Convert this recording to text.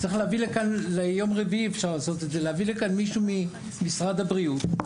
צריך להביא לכאן אפשר לעשות את זה ביום רביעי - מישהו ממשרד הבריאות.